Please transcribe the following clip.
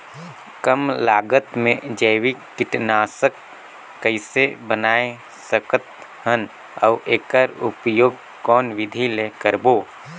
कम लागत मे जैविक कीटनाशक कइसे बनाय सकत हन अउ एकर उपयोग कौन विधि ले करबो?